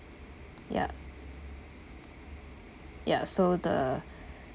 yup ya so the